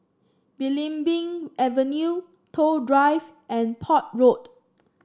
Belimbing Avenue Toh Drive and Port Road